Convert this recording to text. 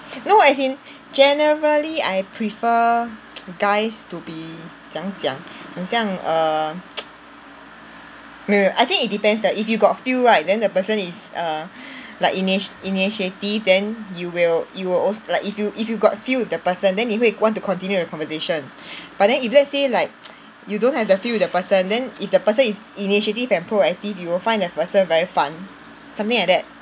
no as in generally I prefer guys to be 怎样讲很像 err wait wait I think it depends that if you got feel right then the person is err like initi~ initiative then you will you will als~ like if you if you got feel with the person then 你会 want to continue the conversation but then if let's say like you don't have the feel with the person then if the person is initiative and proactive you will find that person very 烦 something like that